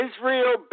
Israel